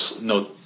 no